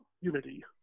unity